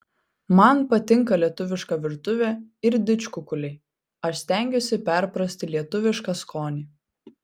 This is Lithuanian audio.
man patinka lietuviška virtuvė ir didžkukuliai aš stengiuosi perprasti lietuvišką skonį